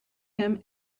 him